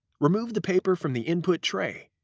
remove the paper from the input tray.